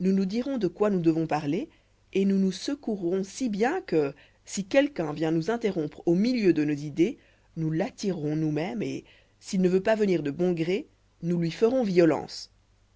nous nous dirons chacun tous les jours de quoi nous devons parler et nous nous secourrons si bien que si quelqu'un vient nous interrompre au milieu de nos idées nous l'attirerons nous-mêmes et s'il ne veut pas venir de bon gré nous lui ferons violence